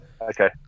Okay